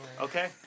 okay